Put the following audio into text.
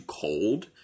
cold